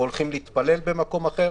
הולכים להתפלל במקום אחר.